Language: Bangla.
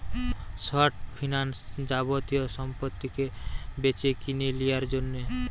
শর্ট ফিন্যান্স যাবতীয় সম্পত্তিকে বেচেকিনে লিয়ার জন্যে